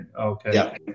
Okay